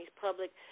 public